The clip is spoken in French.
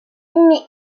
demeure